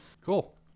Cool